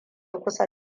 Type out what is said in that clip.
kusa